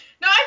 No